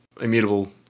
immutable